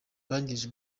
bangije